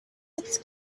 its